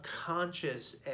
conscious